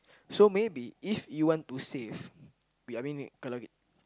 so maybe if you want to save we I mean kalau ki~